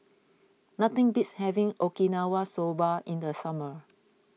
nothing beats having Okinawa Soba in the summer